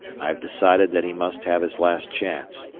i have decided that he must have his last chance,